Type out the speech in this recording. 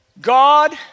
God